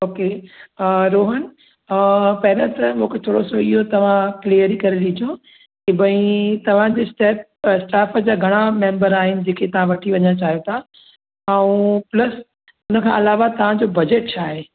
okay Rohan पहिरियों त मूंखे थोरो सो इहो तव्हां क्लीअर ई करे ॾिजो की बई तव्हांजी स्टैप स्टाफ जा घणा मैंबर आहिनि जेकी तव्हां वठी वञणु चाहियो था ऐं प्लस उनखां अलावा तव्हांजो बजट छा आहे